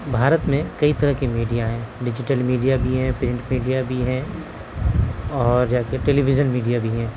بھارت میں کئی طرح کے میڈیا ہیں ڈیجیٹل میڈیا بھی ہیں پرنٹ میڈیا بھی ہیں اور ٹیلی ویزن میڈیا بھی ہیں